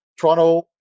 Toronto